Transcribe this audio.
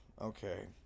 Okay